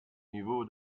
niveau